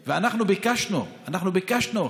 אנחנו ביקשנו, אנחנו ביקשנו,